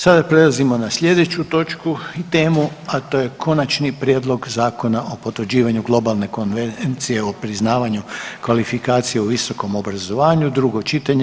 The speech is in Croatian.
Sada prelazimo na sljedeću točku, temu a to je - Konačni prijedlog zakona o potvrđivanju globalne Konvencije o priznavanju kvalifikacije u visokom obrazovanju, drugo čitanje.